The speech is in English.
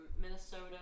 Minnesota